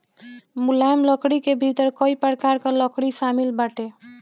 मुलायम लकड़ी के भीतर कई प्रकार कअ लकड़ी शामिल बाटे